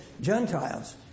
Gentiles